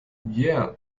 yeah